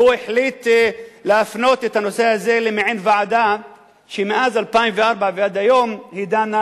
הוא החליט להפנות את הנושא הזה למעין ועדה שמאז 2004 ועד היום היא דנה,